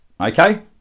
okay